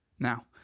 Now